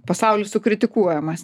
pasaulis sukritikuojamas